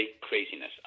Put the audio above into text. craziness